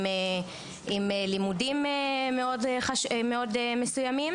עם לימודים מאוד מסוימים